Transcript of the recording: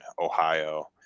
Ohio